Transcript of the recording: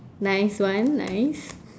nice one nice